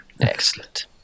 Excellent